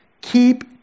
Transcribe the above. keep